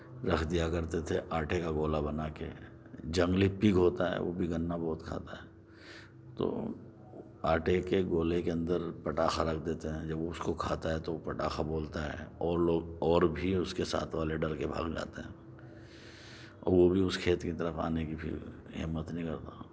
رکھ دیا کرتے تھے آٹے کا گولا بنا کے جنگلی پگ ہوتا ہے وہ بھی گنا بہت کھاتا ہے تو آٹے کے گولے کے اندر پٹاخہ رکھ دیتے تھے جب وہ اس کو کھاتا ہے تو پٹاخہ بولتا ہے اور لوگ اور بھی اس کے ساتھ والے ڈر کے بھاگ جاتے ہیں اور وہ بھی اس کھیت کی طرف آنے کی پھر ہمت نہیں ہوتا